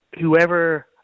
whoever